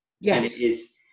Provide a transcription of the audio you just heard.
Yes